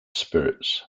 spirits